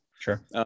Sure